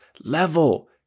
level